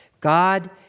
God